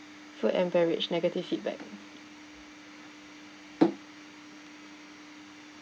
food and beverage negative feedback